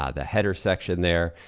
ah the header section there,